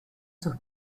sus